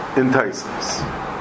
enticements